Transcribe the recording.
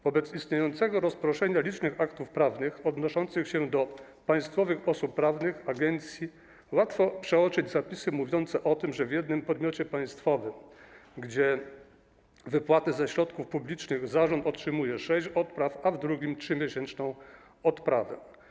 Wobec istniejącego rozproszenia licznych aktów prawnych odnoszących się do państwowych osób prawnych i agencji łatwo przeoczyć zapisy mówiące o tym, że w jednym podmiocie państwowym, gdzie wypłaty są ze środków publicznych, zarząd otrzymuje sześć odpraw, a w drugim 3-miesięczną odprawę.